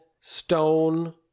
stone